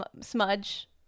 smudge